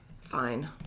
Fine